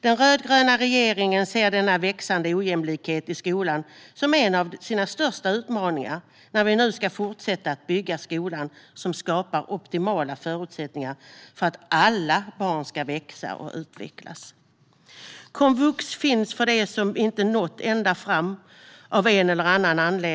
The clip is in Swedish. Den rödgröna regeringen ser denna växande ojämlikhet i skolan som en av sina största utmaningar när vi nu ska fortsätta bygga skolan som skapar optimala förutsättningar för att alla barn ska växa och utvecklas. Komvux finns för dem som av en eller annan anledning inte nått ända fram.